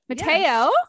Mateo